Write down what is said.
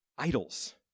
idols